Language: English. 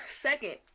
second